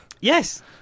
Yes